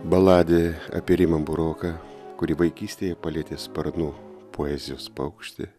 baladė apie rimą buroką kurį vaikystėje palietė sparnu poezijos paukštė